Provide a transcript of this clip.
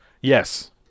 Yes